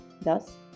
Thus